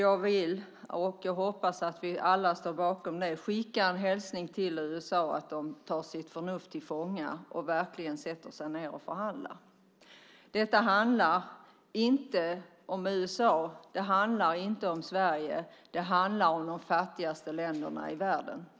Jag vill, och jag hoppas att alla står bakom det, skicka en hälsning till USA att de tar sitt förnuft till fånga och verkligen sätter sig ned och förhandlar. Detta handlar inte om USA, det handlar inte om Sverige - det handlar om de fattigaste länderna i världen.